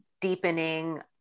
deepening